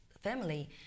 family